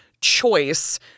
choice